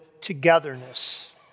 togetherness